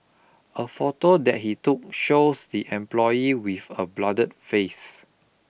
a photo that he took shows the employee with a bloodied face